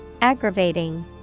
Aggravating